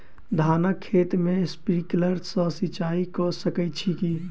धानक खेत मे स्प्रिंकलर सँ सिंचाईं कऽ सकैत छी की?